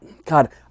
God